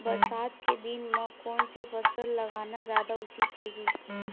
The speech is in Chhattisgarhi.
बरसात के दिन म कोन से फसल लगाना जादा उचित होही?